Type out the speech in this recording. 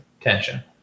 tension